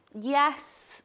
Yes